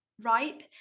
ripe